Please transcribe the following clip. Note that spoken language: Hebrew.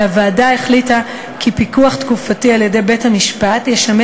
והוועדה החליטה כי פיקוח תקופתי על-ידי בית-המשפט ישמש